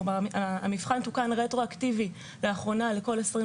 המבחן תוקן רטרואקטיבית לאחרונה לכל 2021